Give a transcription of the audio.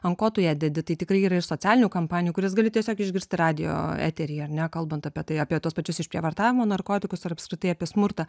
ant ko tu ją dedi tai tikrai yra ir socialinių kampanijų kurias gali tiesiog išgirsti radijo eteryje ar ne kalbant apie tai apie tuos pačius išprievartavimo narkotikus ar apskritai apie smurtą